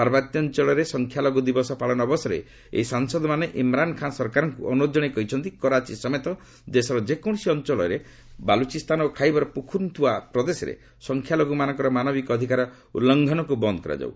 ପାର୍ବତ୍ୟାଞ୍ଚଳରେ ସଂଖ୍ୟାଲଘ୍ର ଦିବସ ପାଳନ ଅବସରରେ ଏହି ସାଂସଦ ମାନେ ଇମ୍ରାନ ଖାଁ ସରକାରଙ୍କୁ ଅନୁରୋଧ କଶାଇ କହିଛନ୍ତି କରାଚି ସମେତ ଦେଶର ଯେକୌଣସି ଅଞ୍ଚଳ ସମେତ ବାଲୁଚିସ୍ତାନ ଓ ଖାଇବର ପୁଖତୁନଖୁଓ୍ୱା ପ୍ରଦେଶରେ ସଂଖ୍ୟାଲଘୁ ମାନଙ୍କର ମାନବିକ ଅଧିକାର ଉଲ୍ଲଙ୍ଘନକୁ ବନ୍ଦ କରାଯାଉ